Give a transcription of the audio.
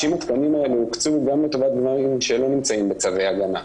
60 התקנים הללו הוקצו גם לטובת גברים שלא נמצאים בצווי הגנה.